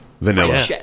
Vanilla